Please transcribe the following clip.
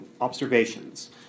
observations